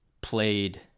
played